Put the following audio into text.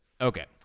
Okay